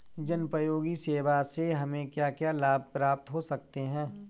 जनोपयोगी सेवा से हमें क्या क्या लाभ प्राप्त हो सकते हैं?